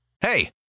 Hey